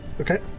Okay